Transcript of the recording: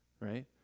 right